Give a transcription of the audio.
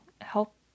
help